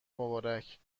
مبارک